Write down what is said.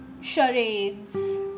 charades